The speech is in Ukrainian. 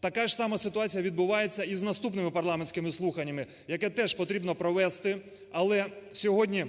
Така ж сама ситуація відбувається і з наступними парламентськими слуханнями, які теж потрібно провести, але сьогодні